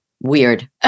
weird